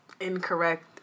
incorrect